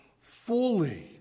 fully